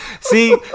See